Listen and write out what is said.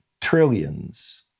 trillions